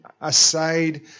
aside